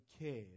care